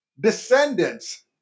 descendants